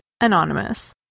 anonymous